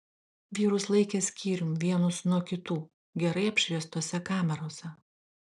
vyrus laikė skyrium vienus nuo kitų gerai apšviestose kamerose